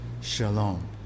Shalom